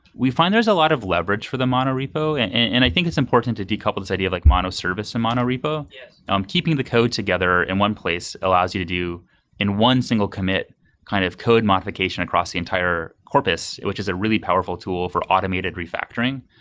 we find there's a lot of leverage for the mono repo, in and i think it's important to decouple this idea of like mono service to mono repo. yeah um keeping the code together in one place allows you to do in one single commit kind of code modification across the entire corpus, which is a really powerful tool for automated re-factoring.